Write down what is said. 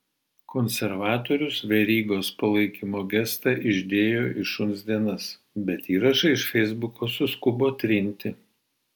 konservatorius verygos palaikymo gestą išdėjo į šuns dienas bet įrašą iš feisbuko suskubo trinti